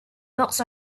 books